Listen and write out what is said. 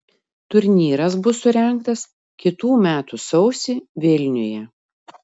turnyras bus surengtas kitų metų sausį vilniuje